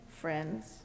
friends